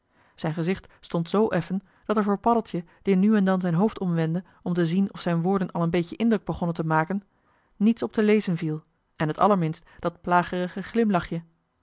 zijn gezicht stond zoo effen dat er voor paddeltje die nu en dan zijn hoofd omwendde om te zien of zijn woorden al een beetje indruk begonnen te maken niets op te lezen viel en het allerminst dat plagerige glimlachje